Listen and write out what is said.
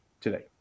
today